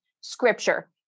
scripture